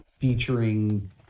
featuring